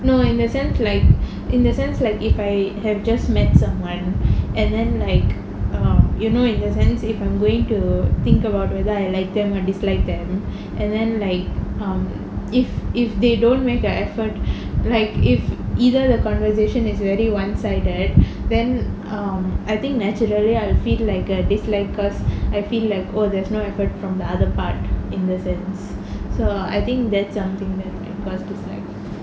no in the sense like in the sense like if I have just met someone and then like um you know if got suddenly say I'm going to think about whether I like them or dislike them and then like um if if they don't make the effort like if either the conversation is very one sided then um I think naturally I will feel like I dislike because I feel like oh there's no effort from the other part in the sense so I think that something that because dislike